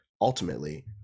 ultimately